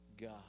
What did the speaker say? God